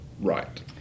Right